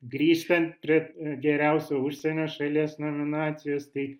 grįžtant prie geriausio užsienio šalies nominacijos tai